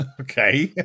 Okay